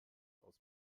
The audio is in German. aus